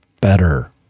better